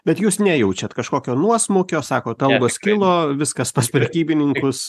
bet jūs nejaučiat kažkokio nuosmūkio sakot algos kilo viskas pas prekybininkus